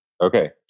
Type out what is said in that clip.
Okay